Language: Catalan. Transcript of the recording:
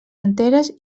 enteres